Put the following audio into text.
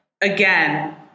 Again